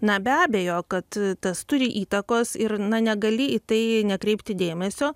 na be abejo kad tas turi įtakos ir na negali į tai nekreipti dėmesio